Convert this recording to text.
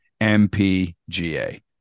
MPGA